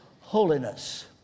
holiness